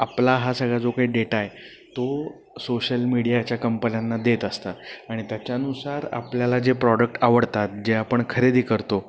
आपला हा सगळा जो काही डेटा आहे तो सोशल मीडियाच्या कंपन्यांना देत असतात आणि त्याच्यानुसार आपल्याला जे प्रॉडक्ट आवडतात जे आपण खरेदी करतो